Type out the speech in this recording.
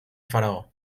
faraó